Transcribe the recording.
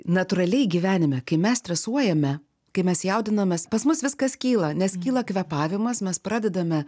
natūraliai gyvenime kai mes stresuojame kai mes jaudinamės pas mus viskas kyla nes kyla kvėpavimas mes pradedame